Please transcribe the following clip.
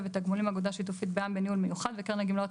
ותגמולים אגודה שיתופית בע"מ (בניהול מיוחד) וקרן הגמלאות